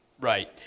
Right